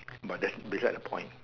but that's beside the point